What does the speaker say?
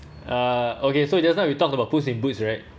uh okay so just now you talk about puss in boots right